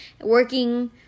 working